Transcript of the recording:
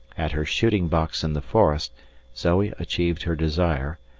at her shooting-box in the forest zoe achieved her desire,